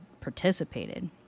participated